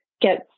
get